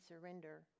surrender